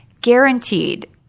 guaranteed